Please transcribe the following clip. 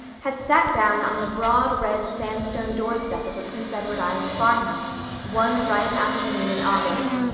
had sat down on the broad red sandstone doorstep of a prince edward island farmhouse one ripe afternoon in august,